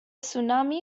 tsunami